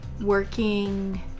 working